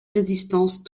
résistance